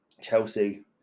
Chelsea